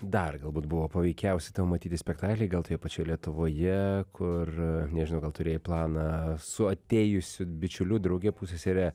dar galbūt buvo paveikiausi tavo matyti spektakliai gal toje pačioje lietuvoje kur nežinau gal turėjai planą su atėjusiu bičiuliu drauge pussesere